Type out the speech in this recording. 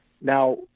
Now